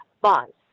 bonds